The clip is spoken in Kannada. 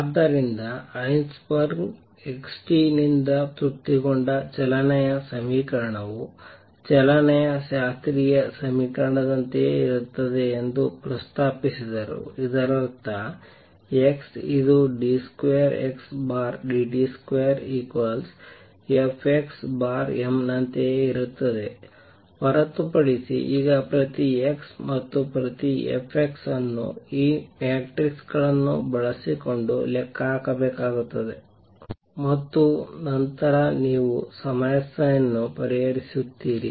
ಆದ್ದರಿಂದ ಹೈಸೆನ್ಬರ್ಗ್ x ನಿಂದ ತೃಪ್ತಿಗೊಂಡ ಚಲನೆಯ ಸಮೀಕರಣವು ಚಲನೆಯ ಶಾಸ್ತ್ರೀಯ ಸಮೀಕರಣದಂತೆಯೇ ಇರುತ್ತದೆ ಎಂದು ಪ್ರಸ್ತಾಪಿಸಿದರು ಇದರರ್ಥ x ಇದು d2xdt2Fxm ನಂತೆಯೇ ಇರುತ್ತದೆ ಹೊರತುಪಡಿಸಿ ಈಗ ಪ್ರತಿ x ಮತ್ತು ಪ್ರತಿ Fx ಅನ್ನು ಈ ಮ್ಯಾಟ್ರಿಕ್ಸ್ಗಳನ್ನು ಬಳಸಿಕೊಂಡು ಲೆಕ್ಕಹಾಕಬೇಕಾಗುತ್ತದೆ ಮತ್ತು ನಂತರ ನೀವು ಸಮಸ್ಯೆಯನ್ನು ಪರಿಹರಿಸುತ್ತೀರಿ